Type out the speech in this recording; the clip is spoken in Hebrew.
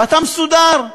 ואתה מסודר.